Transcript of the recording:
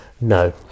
No